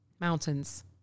Mountains